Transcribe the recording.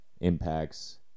impacts